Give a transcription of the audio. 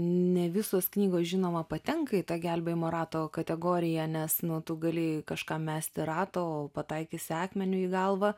ne visos knygos žinoma patenka į tą gelbėjimo rato kategoriją nes nu tu galėjai kažkam mesti ratą o pataikys akmeniu į galvą